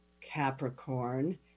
Capricorn